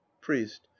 priest